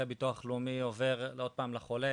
אחרי ביטוח לאומי עובר עוד פעם לחולה,